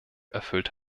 erfüllt